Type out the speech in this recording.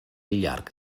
llarg